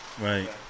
Right